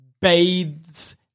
bathes